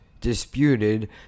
disputed